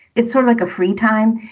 it's sort of like a free time.